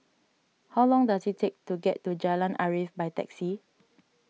how long does it take to get to Jalan Arif by taxi